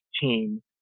team